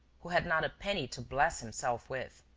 who had not a penny to bless himself with,